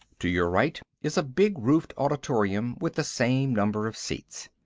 to your right is a big roofed auditorium with the same number of seats.